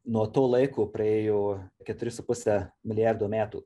nuo to laiko praėjo keturi su puse milijardo metų